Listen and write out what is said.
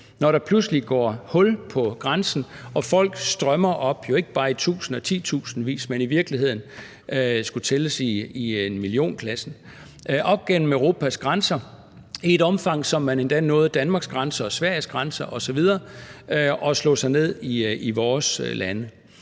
at der pludselig går hul på grænsen og folk strømmer – ikke bare i tusindvis af titusindvis, men i virkeligheden skulle tælles i millionklassen – op gennem Europas grænser i et omfang, så man endda nåede Danmarks grænse og Sveriges grænse osv. og slog sig ned i vores lande.